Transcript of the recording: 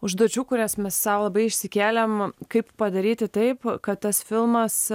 užduočių kurias mes sau labai išsikėlėm kaip padaryti taip kad tas filmas